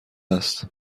است